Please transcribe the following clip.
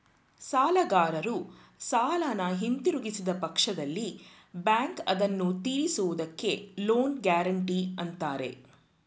ಸಾಲಗಾರರು ಸಾಲನ ಹಿಂದಿರುಗಿಸಿದ ಪಕ್ಷದಲ್ಲಿ ಬ್ಯಾಂಕ್ ಅದನ್ನು ತಿರಿಸುವುದಕ್ಕೆ ಲೋನ್ ಗ್ಯಾರೆಂಟಿ ಅಂತಾರೆ